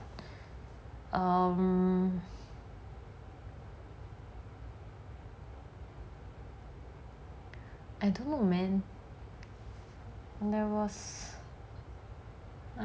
um I don't know man there was